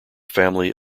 family